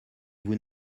vous